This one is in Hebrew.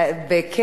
אדוני השר,